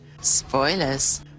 Spoilers